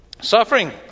Suffering